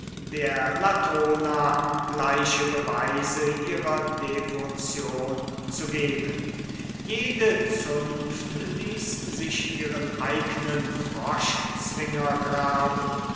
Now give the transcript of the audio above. der latona gleichmäßige beweise ihrer devotion zu geben jede zunft ließ sich ihren eignen froschzwinger graben